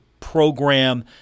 program